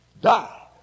Die